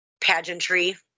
pageantry